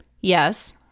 Yes